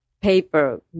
paper